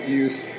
use